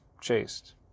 chased